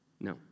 No